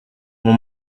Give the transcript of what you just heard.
mon